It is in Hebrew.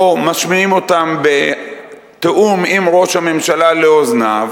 משמיעים אותן בתיאום עם ראש הממשלה לאוזניו,